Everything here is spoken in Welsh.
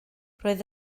roedd